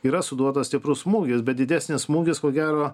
yra suduotas stiprus smūgis bet didesnis smūgis ko gero